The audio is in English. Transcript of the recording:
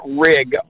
RIG